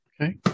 Okay